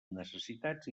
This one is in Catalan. necessitats